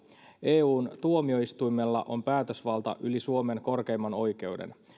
eun tuomioistuimella on päätösvalta yli suomen korkeimman oikeuden